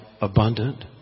abundant